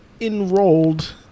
enrolled